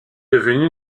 devenue